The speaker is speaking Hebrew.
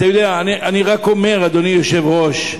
אדוני היושב-ראש,